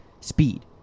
speed